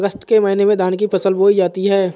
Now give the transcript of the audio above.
अगस्त के महीने में धान की फसल बोई जाती हैं